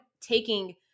taking